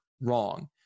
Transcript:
wrong